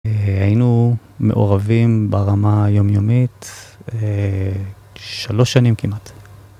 היינו מעורבים ברמה היומיומית שלוש שנים כמעט